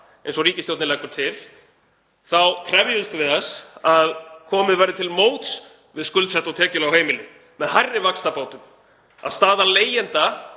eins og ríkisstjórnin leggur til, þá krefjumst við þess að komið verði til móts við skuldsett og tekjulág heimili með hærri vaxtabótum, að staða leigjenda